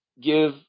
give